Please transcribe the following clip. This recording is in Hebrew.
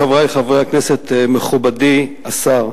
חבר הכנסת טלב אלסאנע,